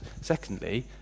Secondly